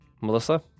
Melissa